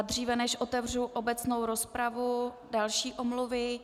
Dříve než otevřu obecnou rozpravu, další omluvy.